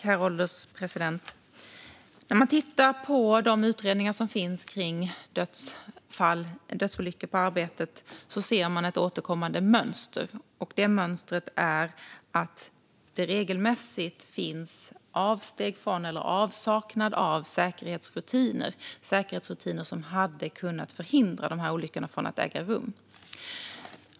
Herr ålderspresident! När man tittar på de utredningar som finns om dödsolyckor på arbetet ser man ett återkommande mönster, och det mönstret är att det regelmässigt finns avsteg från eller avsaknad av säkerhetsrutiner som hade kunnat förhindra dessa olyckor från att äga rum.